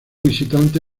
visitante